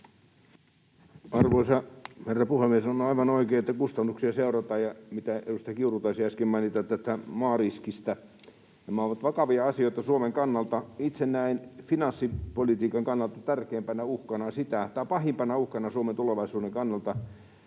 Arvoisa herra puhemies! On aivan oikein, että kustannuksia seurataan, ja se, mitä edustaja Kiuru taisi äsken mainita maariskistä. Nämä ovat vakavia asioita Suomen kannalta. Itse näen finanssipolitiikan kannalta pahimpana uhkana Suomen tulevaisuuden kannalta,